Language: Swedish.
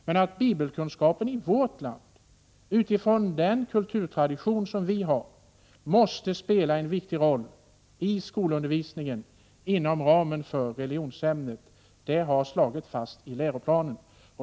Men att bibelkunskapen utifrån den kulturtradition som vi har i vårt land måste spela en viktig roll i skolundervisningen inom ramen för religionsämnet har slagits fast i läroplanen.